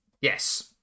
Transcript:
Yes